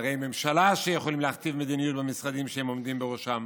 שרי ממשלה שיכולים להכתיב מדיניות במשרדים שהם עומדים בראשם